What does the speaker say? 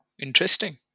interesting